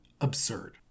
absurd